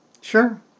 Sure